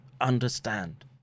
understand